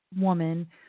woman